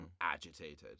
agitated